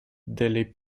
delle